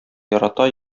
ярата